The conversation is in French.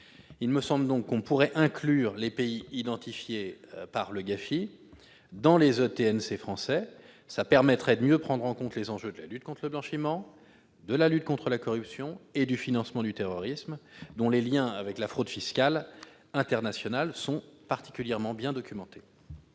Il me semble donc que nous pourrions inclure les pays identifiés par le GAFI dans les ETNC français. Cela permettrait de mieux prendre en compte les enjeux de la lutte contre le blanchiment, contre la corruption et contre le financement du terrorisme, dont les liens avec la fraude fiscale internationale sont particulièrement bien documentés.